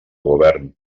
govern